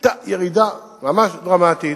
היתה ירידה ממש דרמטית.